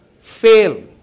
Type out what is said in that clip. Fail